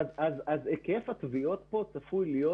היקף התביעות כאן צפוי להיות